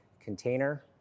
container